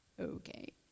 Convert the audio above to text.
Okay